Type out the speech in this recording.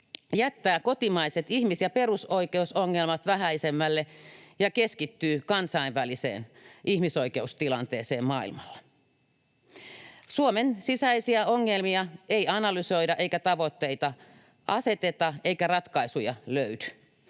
jättää kotimaiset ihmis‑ ja perusoikeusongelmat vähäisemmälle ja keskittyy kansainväliseen ihmisoikeustilanteeseen maailmalla. Suomen sisäisiä ongelmia ei analysoida eikä tavoitteita aseteta eikä ratkaisuja löydy.